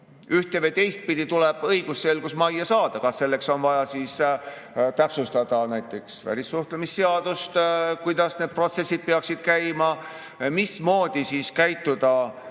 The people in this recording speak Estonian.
ühte‑ või teistpidi õigusselgus majja saada. Selleks on siis vaja täpsustada näiteks välissuhtlemisseadust, et kuidas need protsessid peaksid käima, mismoodi käituda